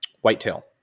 whitetail